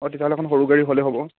তেতিয়াহ'লে এখন সৰু গাড়ী হ'লে হ'ব